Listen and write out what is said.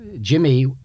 Jimmy